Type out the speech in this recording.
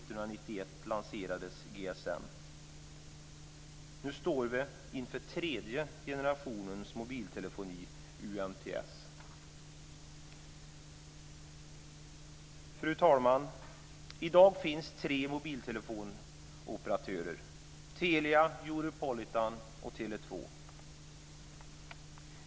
NU står vi inför tredje generationens mobiltelefoni, UMTS. Fru talman! I dag finns tre mobiltelefonoperatörer, Telia, Europolitan och Tele 2.